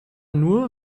nur